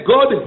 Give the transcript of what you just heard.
God